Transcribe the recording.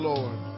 Lord